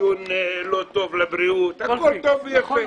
לא טוב לבריאות, הכול טוב ויפה.